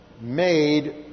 made